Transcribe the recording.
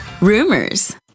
rumors